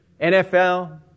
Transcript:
NFL